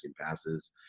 passes